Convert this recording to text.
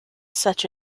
such